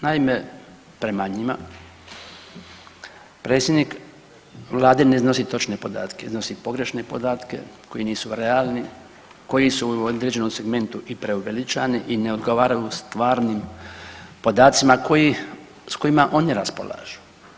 Naime, prema njima, predsjednik Vlade ne iznosi točne podatke, iznosi pogrešne podatke koji nisu realni, koji su u određenom segmentu i preuveličani i ne odgovaraju stvarnim podacima koji, s kojima oni raspolažu.